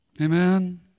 Amen